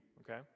okay